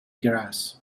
grass